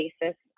basis